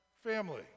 family